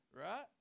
right